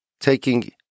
taking